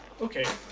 okay